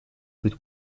with